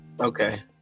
okay